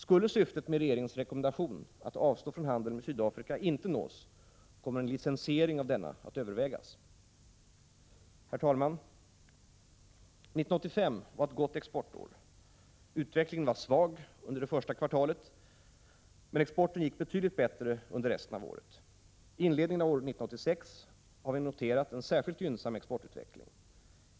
Skulle syftet med regeringens rekommendation att avstå från handel med Sydafrika inte nås kommer en licensiering av denna att övervägas. Herr talman! År 1985 var ett gott exportår. Utvecklingen var svag under det första kvartalet, men exporten gick betydligt bättre under resten av året. Under inledningen av år 1986 har vi noterat en särskilt gynnsam exportutveckling.